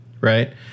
right